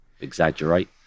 exaggerate